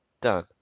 done